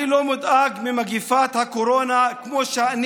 אני לא מודאג ממגפת הקורונה כמו שאני